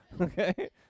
okay